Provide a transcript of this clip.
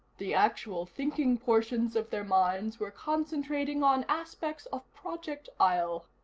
the actual thinking portions of their minds were concentrating on aspects of project isle.